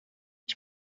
ich